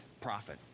profit